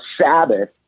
Sabbath